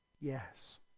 Yes